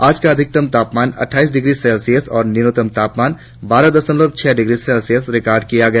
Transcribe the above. आज का अधिकतम तापमान अट्ठाईस डिग्री सेल्सियस और न्यूनतम तापमान बारह दशमलव छह डिग्री सेल्सियस रिकार्ड किया गया